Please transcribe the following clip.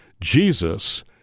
Jesus